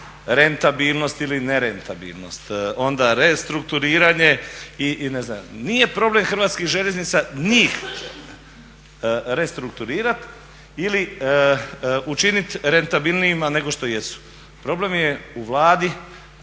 rentabilnost ili nerentabilnost, onda restrukturiranje itd. Nije problem Hrvatskih željeznica njih restrukturirati ili učiniti rentabilnijima nego što jesu. Problem je u Vladi,